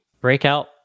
breakout